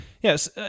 yes